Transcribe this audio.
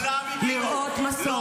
-- לראות מסוק,